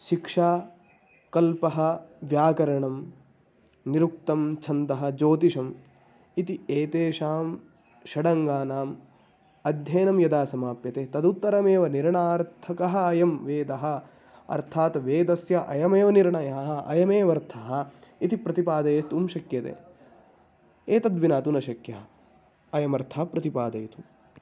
शिक्षा कल्पः व्याकरणं निरुक्तं छन्दः ज्योतिषम् इति एतेषां षडङ्गानाम् अध्ययनं यदा समाप्यते तदुत्तरमेव निर्णयार्थकः अयं वेदः अर्थात् वेदस्य अयमेव निर्णयः अयमेवर्थः इति प्रतिपादयितुं शक्यते एतद्विना तु न शक्यः अयमर्थः प्रतिपादयितुं